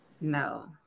no